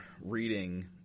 reading